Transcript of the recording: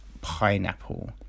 pineapple